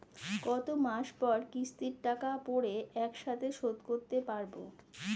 কত মাস পর কিস্তির টাকা পড়ে একসাথে শোধ করতে পারবো?